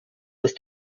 ist